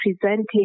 presenting